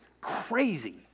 crazy